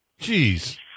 jeez